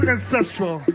Ancestral